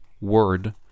word